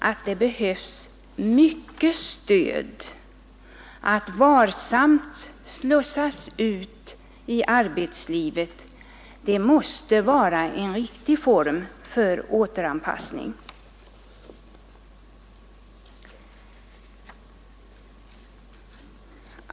Att ge mycket stöd och varsamt slussa ut eleverna i arbetslivet måste vara en riktig form för återanpassning.